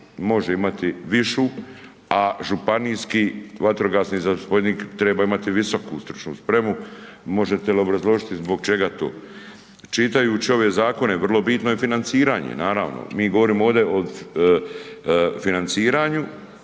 može imati višu, a županijski vatrogasni zapovjednik treba imati visoku stručnu spremu, možete li obrazložiti zbog čega to? Čitajući ove zakone vrlo bitno je financiranje, naravno mi govorimo ovde o financiranju